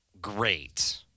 Great